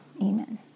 Amen